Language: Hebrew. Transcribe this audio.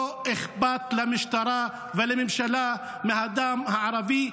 לא אכפת למשטרה ולממשלה מהדם הערבי,